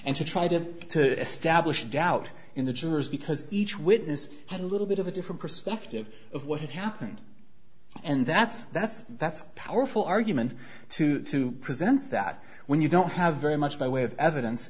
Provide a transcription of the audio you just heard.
and to try to establish doubt in the jurors because each witness had a little bit of a different perspective of what happened and that's that's that's a powerful argument to to present that when you don't have very much by way of evidence